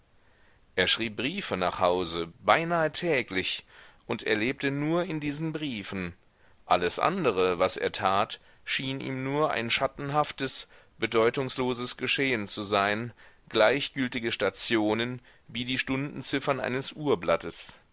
er schrieb briefe nach hause beinahe täglich und er lebte nur in diesen briefen alles andere was er tat schien ihm nur ein schattenhaftes bedeutungsloses geschehen zu sein gleichgültige stationen wie die stundenziffern eines uhrblattes